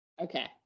Okay